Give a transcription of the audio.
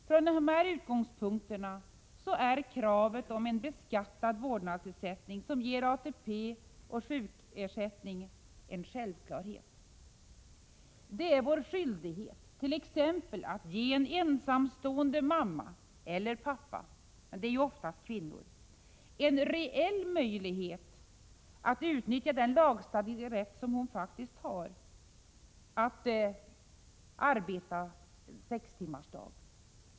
Från de här utgångspunkterna är kravet på en beskattad vårdnadsersättning, som ger ATP och sjukvårdsersättning, en självklarhet. Det är vår skyldighet t.ex. att ge en ensamstående mamma — eller pappa, men det är ju oftast fråga om kvinnor — en rejäl möjlighet att utnyttja den lagstadgade rätt som hon faktiskt har att arbeta sextimmarsdag.